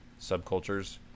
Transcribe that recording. subcultures